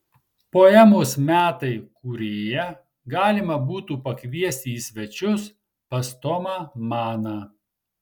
poemos metai kūrėją galima būtų pakviesti į svečius pas tomą maną